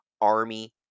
army